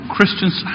Christians